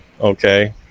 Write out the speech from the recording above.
okay